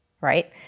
right